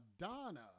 Madonna